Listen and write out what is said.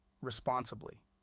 responsibly